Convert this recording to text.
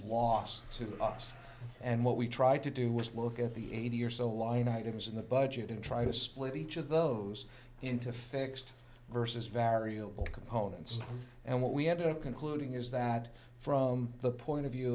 loss to us and what we tried to do was look at the eighty or so line items in the budget and try to split each of those into fixed versus variable components and what we had to concluding is that from the point of view